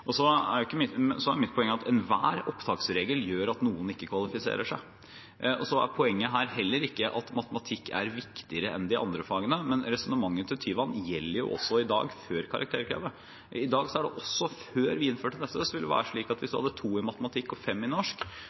Så er mitt poeng at enhver opptaksregel gjør at noen ikke kvalifiserer seg. Og poenget her er heller ikke at matematikk er viktigere enn de andre fagene, men resonnementet til Tyvand gjelder jo også i dag, før karakterkravet. Også før vi innførte dette, var det jo slik at hvis man hadde 2 i matematikk og 5 i norsk,